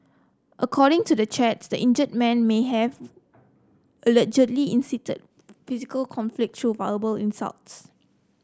according to the chats the injured man may have allegedly incited physical conflict through verbal insults